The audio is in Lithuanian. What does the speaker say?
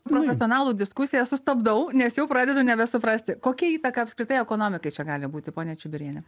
profesionalų diskusiją sustabdau nes jau pradedu nebesuprasti kokia įtaka apskritai ekonomikai čia gali būti ponia čibiriene